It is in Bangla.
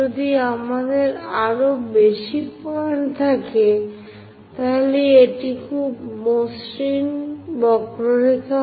যদি আমাদের আরও বেশি পয়েন্ট থাকে তাহলে এটি হবে খুব মসৃণ বক্ররেখা